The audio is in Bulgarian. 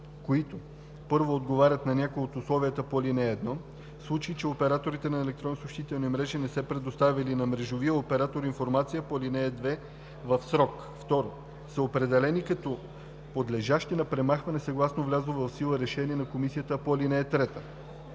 които: 1. отговарят на някое от условията по ал. 1, в случай че операторите на електронни съобщителни мрежи не са предоставили на мрежовите оператори информацията по ал. 2 в срок; 2.са определени като подлежащи на премахване, съгласно влязло в сила решение на Комисията по ал. 3;